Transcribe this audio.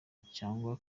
cyangwa